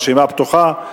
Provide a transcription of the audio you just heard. הרשימה פתוחה.